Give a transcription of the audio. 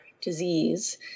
disease